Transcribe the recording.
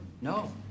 No